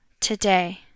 today